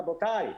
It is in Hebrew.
רבותיי.